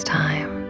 time